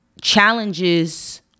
challenges